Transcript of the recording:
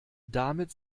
damit